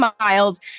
miles